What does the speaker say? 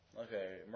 Okay